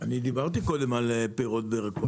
אני דיברתי מקודם על פירות וירקות.